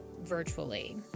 virtually